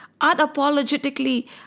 unapologetically